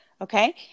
Okay